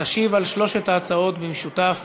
תשיב על שלוש ההצעות במשותף